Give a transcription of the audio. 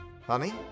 Honey